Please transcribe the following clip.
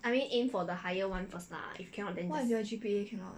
what if your G_P_A cannot